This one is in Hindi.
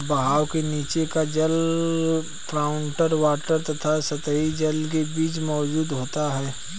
बहाव के नीचे का जल ग्राउंड वॉटर तथा सतही जल के बीच मौजूद होता है